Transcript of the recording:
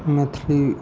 Maithili